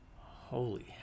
Holy